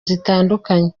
zitandukanye